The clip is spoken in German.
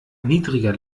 niedriger